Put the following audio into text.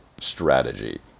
strategy